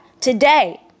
today